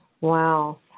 Wow